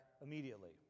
immediately